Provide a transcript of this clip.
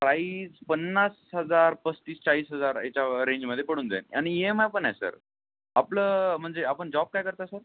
प्राई स पन्नास हजार पस्तीस चाळीस हजार याच्या व् रेंजमध्ये पडून जाईन आणि ई एम आय पण आहे सर आपलं म्हणजे आपण जॉब काय करता सर